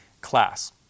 class